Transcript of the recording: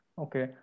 okay